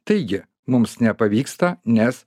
taigi mums nepavyksta nes